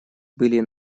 были